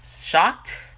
Shocked